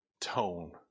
tone